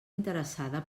interessada